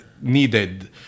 Needed